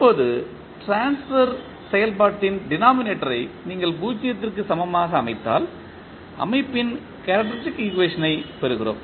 இப்போது ட்ரான்ஸ்பர் செயல்பாட்டின் டினாமிநேட்டர் ஐ நீங்கள் 0 க்கு சமமாக அமைத்தால் அமைப்பின் கேரக்டரிஸ்டிக் ஈக்குவேஷன் ஐ பெறுகிறோம்